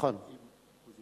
כל מה שהוא ביקש.